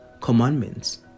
commandments